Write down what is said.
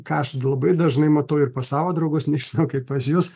ką aš labai dažnai matau ir pas savo draugus nežinau kaip pas jus